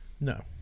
No